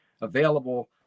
available